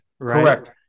Correct